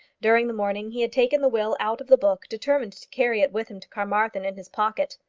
during the morning he had taken the will out of the book, determined to carry it with him to carmarthen in his pocket.